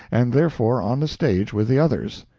and therefore on the stage with the others.